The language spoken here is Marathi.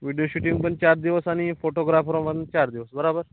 व्हिडियो शुटिंग पण चार दिवस आणि फोटोग्राफर पण चार दिवस बरोबर